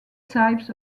types